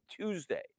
Tuesday